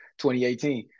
2018